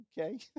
okay